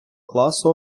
класу